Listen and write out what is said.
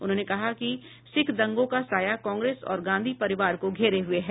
उन्होंने कहा कि सिख दंगों का साया कांग्रेस और गांधी परिवार को घेरे हुए है